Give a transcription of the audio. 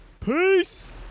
Peace